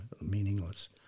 Meaningless